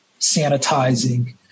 sanitizing